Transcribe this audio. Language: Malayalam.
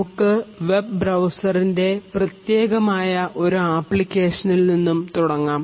നമുക്ക് വെബ് ബ്രൌസറിൻറെ പ്രത്യേകമായ ഒരു ആപ്ലിക്കേഷനിൽ നിന്നും തുടങ്ങാം